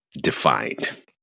defined